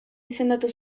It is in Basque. izendatu